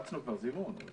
הפצנו כבר זימון.